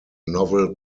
novel